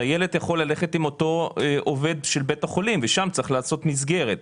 הילד יכול ללכת עם העובד של בית החולים ושם צריך לעשות מסגרת.